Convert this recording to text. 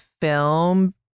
film